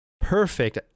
perfect